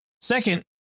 Second